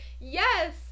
yes